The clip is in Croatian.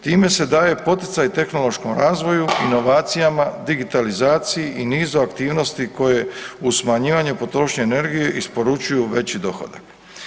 Time se daje poticaj tehnološkom razvoju, inovacijama, digitalizaciji i nizu aktivnosti koje uz smanjivanje potrošnje energije isporučuju veći dohodak.